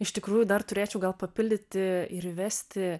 iš tikrųjų dar turėčiau gal papildyti ir įvesti